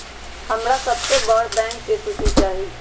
हमरा सबसे बड़ बैंक के सूची चाहि